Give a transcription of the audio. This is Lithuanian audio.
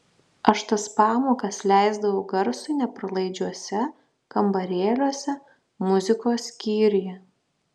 aš tas pamokas leisdavau garsui nepralaidžiuose kambarėliuose muzikos skyriuje